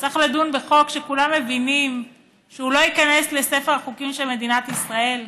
צריך לדון בחוק שכולם מבינים שהוא לא ייכנס לספר החוקים של מדינת ישראל.